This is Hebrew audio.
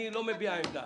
אני לא מביע עמדה.